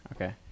okay